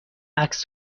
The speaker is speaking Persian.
عکس